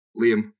Liam